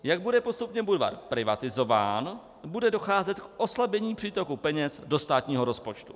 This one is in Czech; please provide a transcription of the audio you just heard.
Jak bude postupně Budvar privatizován, bude docházet k oslabení přítoku peněz do státního rozpočtu.